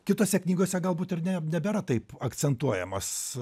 kitose knygose galbūt ir ne nebėra taip akcentuojamas